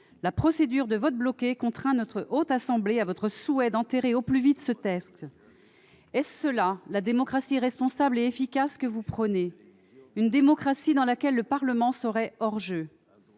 La procédure du vote bloqué soumet la Haute Assemblée à votre souhait d'enterrer au plus vite ce texte. Est-ce cela la démocratie responsable et efficace que vous prônez ? Une démocratie dans laquelle le Parlement serait hors-jeu ?